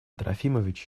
трофимович